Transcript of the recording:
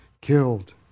killed